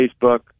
Facebook